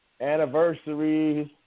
anniversaries